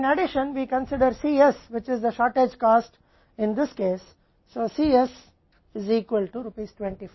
अब इसके अलावा हम Cs के बारे में विचार करते हैं जो इस मामले में कमी लागत है इसलिए Cs 25 रुपये के बराबर है 25 रुपये के बराबर